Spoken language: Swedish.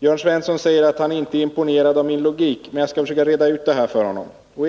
Jörn Svensson säger att han inte är imponerad av min logik. Jag skall försöka reda ut det här för honom.